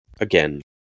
again